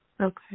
Okay